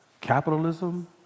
capitalism